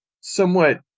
somewhat